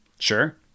Sure